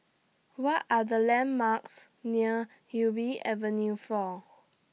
What Are The landmarks near Ubi Avenue four